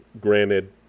Granted